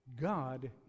God